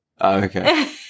okay